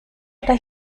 oder